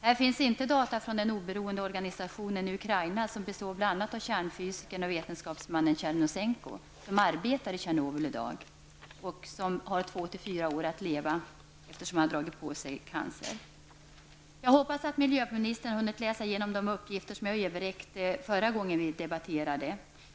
Här finns inte data från den oberoende organisationen i Ukraina, bestående av bl.a. kärnfysikern och vetenskapsmannen Tjernousenko, som i dag arbetar i Tjernobyl och som har 2--4 år kvar att leva, eftersom han dragit på sig cancer. Jag hoppas att miljöministern har hunnit läsa igenom de uppgifter som jag överräckte förra gången vi debatterade.